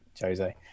Jose